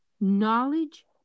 knowledge